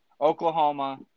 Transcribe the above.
Oklahoma